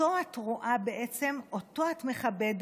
אותו את רואה בעצם, אותו את מכבדת.